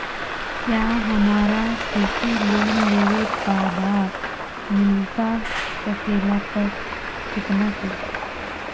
क्या हमारा कृषि लोन लेवे का बा मिलता सके ला तो कितना के?